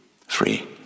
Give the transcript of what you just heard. Free